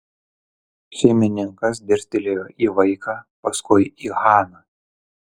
šeimininkas dirstelėjo į vaiką paskui į haną